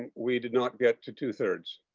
we did not get to two-thirds.